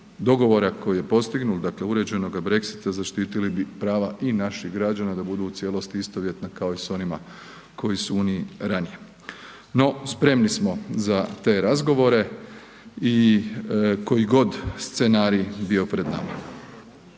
dogovora koji je postignut, dakle uređenog Brexita zaštitili bi prava i naših građana da budu u cijelosti istovjetna kao i s onima koji su u Uniji ranije. No, spremni smo za te razgovore i koji god scenarij bio pred nama.